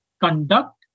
conduct